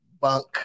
bunk